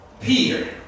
Peter